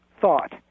thought